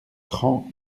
cran